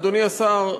אדוני השר,